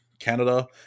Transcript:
Canada